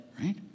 right